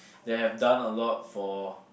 they have done a lot for